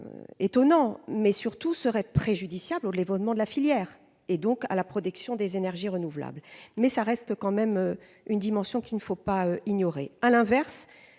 étonnant mais surtout serait préjudiciable aux les fondements de la filière et donc à la protection des énergies renouvelables, mais ça reste quand même une dimension qu'il ne faut pas ignorer, à l'inverse,